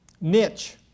niche